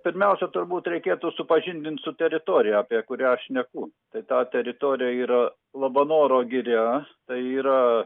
pirmiausia turbūt reikėtų supažindint su teritorija apie kurią šneku tai ta teritorija yra labanoro giria tai yra